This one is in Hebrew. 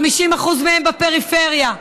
50% מהם בפריפריה.